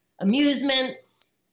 amusements